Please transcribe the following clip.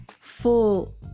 full